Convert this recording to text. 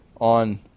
on